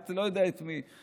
אני לא יודע את מי,